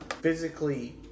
physically